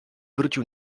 wrócił